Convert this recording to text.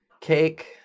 Cake